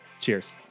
Cheers